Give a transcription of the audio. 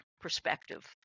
perspective